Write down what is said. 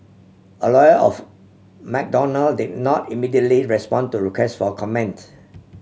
a lawyer of Madonna did not immediately respond to request for comments